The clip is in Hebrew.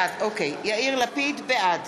בעד